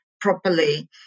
properly